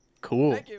Cool